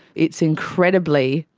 it's incredibly,